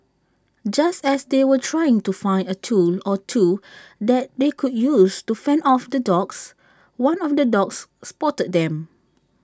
just as they were trying to find A tool or two that they could use to fend off the dogs one of the dogs spotted them